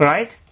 Right